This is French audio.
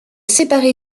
séparé